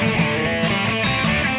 and